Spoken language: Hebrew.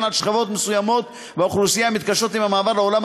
על שכבות מסוימות באוכלוסייה המתקשות לעבור לעולם